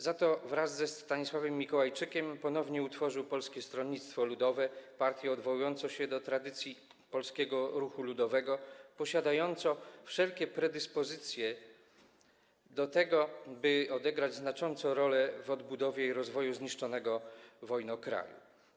Za to wraz ze Stanisławem Mikołajczykiem ponownie utworzył Polskie Stronnictwo Ludowe, partię odwołującą się do tradycji polskiego ruchu ludowego, posiadającą wszelkie predyspozycje do tego, by odegrać znaczącą rolę w odbudowie i rozwoju zniszczonego wojną kraju.